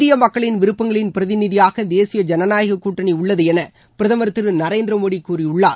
இந்திய மக்களின் விருப்பங்களின் பிரதிநிதியாக தேசிய ஜனநாயகக் கூட்டணி உள்ளது என பிரதம் திரு நரேந்திர மோடி கூறியுள்ளார்